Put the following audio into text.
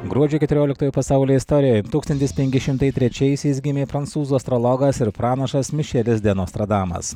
gruodžio keturioliktoji pasaulio istorijoj tūkstantis penki šimtai trečiaisiais gimė prancūzų astrologas ir pranašas mišelis de nostradamas